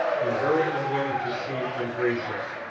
am very unwilling to seem ungracious,